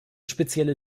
spezielle